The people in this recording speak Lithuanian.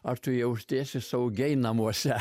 ar tu jautiesi saugiai namuose